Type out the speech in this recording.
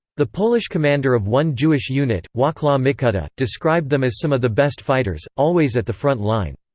the polish commander of one jewish unit, waclaw micuta, described them as some of the best fighters, always at the front line.